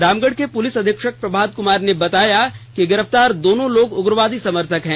रामगढ़ के पुलिस अधीक्षक प्रभात कुमार ने बताया कि गिरफ़्तार दोनों लोग उग्रवादी समर्थक हैं